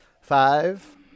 Five